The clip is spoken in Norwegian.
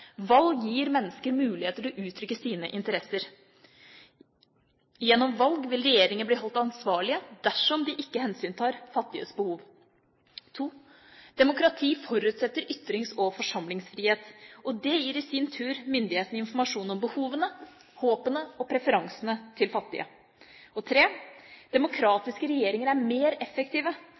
valg gir mennesker muligheter til å uttrykke sine interesser. Gjennom valg vil regjeringer bli holdt ansvarlige dersom de ikke hensyntar fattiges behov. 2) demokrati forutsetter ytrings- og forsamlingsfrihet, og det gir i sin tur myndighetene informasjon om behovene, håpene og preferansene til fattige. 3) demokratiske regjeringer er mer effektive